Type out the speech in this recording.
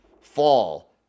fall